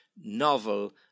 novel